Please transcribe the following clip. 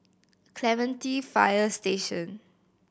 Clementi Fire Station